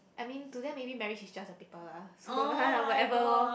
I mean to them maybe marriage is just a paper lah so haha whatever lor